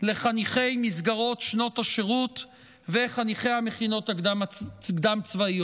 לחניכי מסגרות שנות השירות וחניכי המכינות הקדם-צבאיות.